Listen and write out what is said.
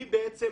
מי בעצם